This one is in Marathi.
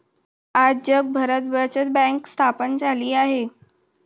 आज जगभरात बचत बँक स्थापन झाली आहे